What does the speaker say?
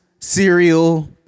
Cereal